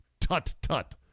Tut-tut